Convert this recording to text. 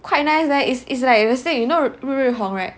quite nice leh it's it's like you will stay you know 日月红 right